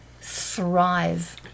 thrive